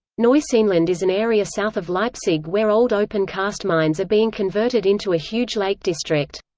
neuseenland is an area south of leipzig where old open-cast mines are being converted into a huge lake district.